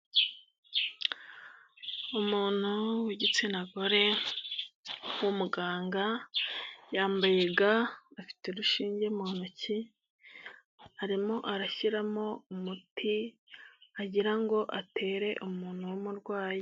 Umuntu w'igitsina gore w'umuganga yambaye ga afite urushinge mu ntoki, arimo arashyiramo umuti agira ngo atere umuntu w'umurwayi.